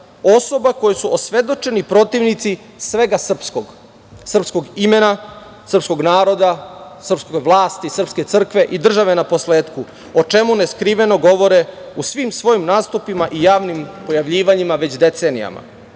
osoba koje su osvedočeni protivnici svega srpskog. Srpskog imena, srpskog naroda, srpske vlasti i srpske crkve i države na posletku, o čemu ne skriveno govore o svim svojim nastupima i javnim pojavljivanjima već decenijama.